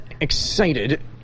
excited